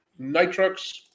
Nitrox